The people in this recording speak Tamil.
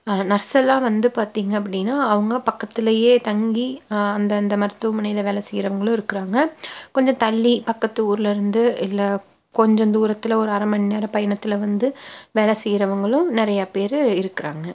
நர்ஸ் எல்லாம் வந்து பார்த்திங்க அப்படின்னா அவங்க பக்கத்திலேயே தங்கி அந்தந்த மருத்துவமனையில் வேலை செய்யிறவங்களும் இருக்கிறாங்க கொஞ்சம் தள்ளி பக்கத்து ஊர்லில் இருந்து இல்லை கொஞ்சம் தூரத்தில் ஒரு அரை மணி நேரம் பயணத்தில் வந்து வேலை செய்கிறவங்களும் நிறையா பேர் இருக்கிறாங்க